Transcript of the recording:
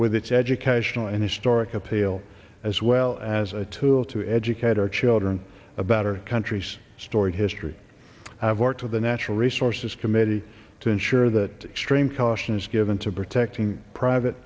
with its educational and historic appeal as well as a tool to educate our children about our country's storied history have worked with the natural resources committee to ensure that extreme caution is given to protecting private